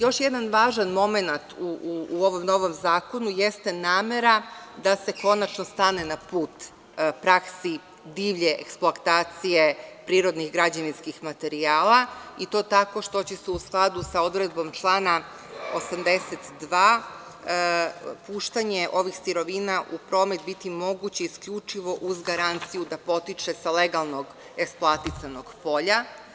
Još jedan važan momenat u ovom novom zakonu jeste namera da se konačno stane na put praksi divlje eksploatacije prirodnih građevinskih materijala, i to tako, što će, u skladu sa odredbom člana 82, puštanje ovihsirovina u promet biti moguće isključivo uz garanciju da potiče sa legalno eksploatisanog polja.